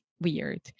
weird